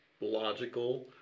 logical